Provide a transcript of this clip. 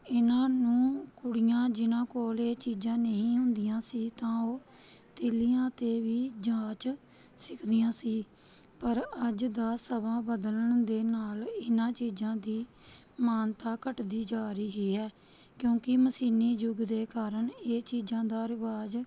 ਇਨ੍ਹਾਂ ਨੂੰ ਕੁੜੀਆਂ ਜਿਨ੍ਹਾਂ ਕੋਲ ਇਹ ਚੀਜ਼ਾਂ ਨਹੀਂ ਹੁੰਦੀਆਂ ਸੀ ਤਾਂ ਉਹ ਤੀਲੀਆਂ 'ਤੇ ਵੀ ਜਾਚ ਸਿੱਖਦੀਆਂ ਸੀ ਪਰ ਅੱਜ ਦਾ ਸਮਾਂ ਬਦਲਣ ਦੇ ਨਾਲ ਇਨ੍ਹਾਂ ਚੀਜ਼ਾਂ ਦੀ ਮਾਨਤਾ ਘੱਟਦੀ ਜਾ ਰਹੀ ਹੈ ਕਿਉਂਕਿ ਮਸ਼ੀਨੀ ਯੁੱਗ ਦੇ ਕਾਰਨ ਇਹ ਚੀਜ਼ਾਂ ਦਾ ਰਿਵਾਜ਼